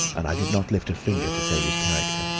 and i did not lift a finger to save his character.